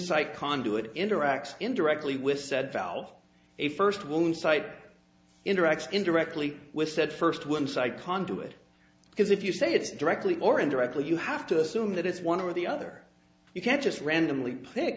site conduit interacts indirectly with said valve a first woman site interacts indirectly with said first one side conduit because if you say it's directly or indirectly you have to assume that it's one or the other you can't just randomly pick